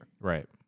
Right